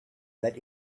that